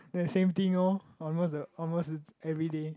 the same thing orh almost the almost it's everyday